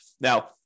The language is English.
Now